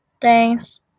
Thanks